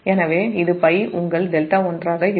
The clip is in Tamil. எனவே இது π உங்கள் δ1 ஆக இருக்கும்